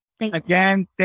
again